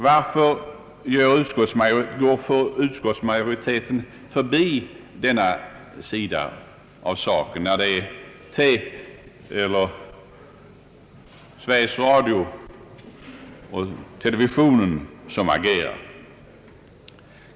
Varför går utskottsmajoriteten förbi denna sida av saken när det är Sveriges radio och televisionen som agerar?